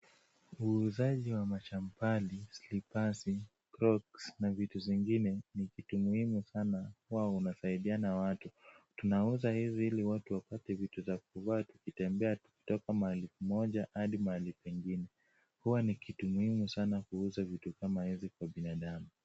Uuzaji wa machampali, slipasi, crocks na vitu zingine ni kitu muhimu sana huwa unasaidiana watu. Tunauza hizi ili watu wapate vitu za kuvaa tukitembea tukitoka mahali moja hadi mahali pengine. Huwa ni kitu muhimu sana kuuza vitu kama hizi kwa binadamu.